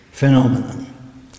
Phenomenon